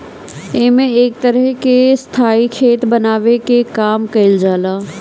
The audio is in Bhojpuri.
एमे एक तरह के स्थाई खेत बनावे के काम कईल जाला